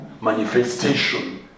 manifestation